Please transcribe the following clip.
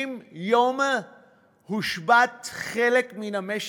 50 יום הושבת חלק מן המשק,